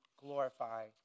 glorify